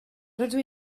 rydw